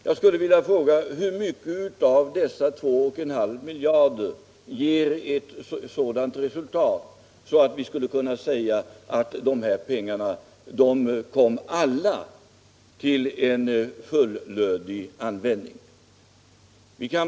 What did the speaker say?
Jag skulle vilja fråga: Hur mycket av denna forskning och detta utvecklingsarbete ger ett sådant resultat att vi kan säga att vi alltid får full valuta för pengarna?